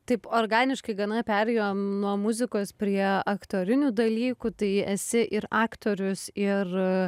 taip organiškai gana perėjom nuo muzikos prie aktorinių dalykų tai esi ir aktorius ir